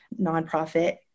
nonprofit